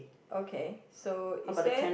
okay so is there